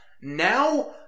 Now